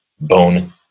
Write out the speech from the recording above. bone